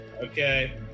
Okay